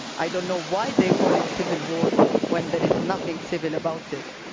i don't know why they call it civil war when there is nothing civil about it.